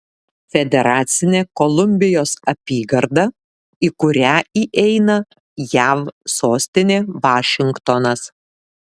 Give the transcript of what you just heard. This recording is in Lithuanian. federacinė kolumbijos apygarda į kurią įeina jav sostinė vašingtonas